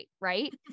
right